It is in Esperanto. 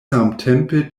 samtempe